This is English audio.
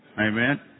Amen